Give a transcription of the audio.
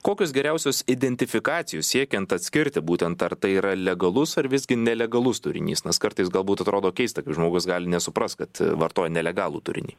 kokius geriausius identifikacijų siekiant atskirti būtent ar tai yra legalus ar visgi nelegalus turinys nors kartais galbūt atrodo keista kaip žmogus gali nesuprast kad vartoja nelegalų turinį